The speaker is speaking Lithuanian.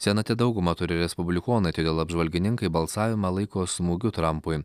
senate daugumą turi respublikonai todėl apžvalgininkai balsavimą laiko smūgiu trampui